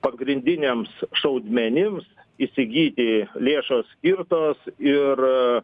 pagrindiniams šaudmenims įsigyti lėšos skirtos ir